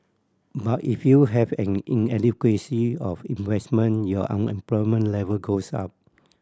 but if you have an inadequacy of investment your unemployment level goes up